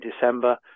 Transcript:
December